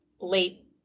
late